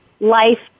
life